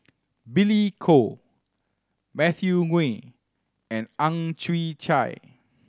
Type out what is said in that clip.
Billy Koh Matthew Ngui and Ang Chwee Chai